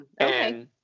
Okay